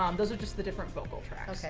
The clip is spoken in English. um those are just the different vocal tracks.